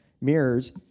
mirrors